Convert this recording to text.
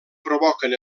provoquen